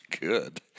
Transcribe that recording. good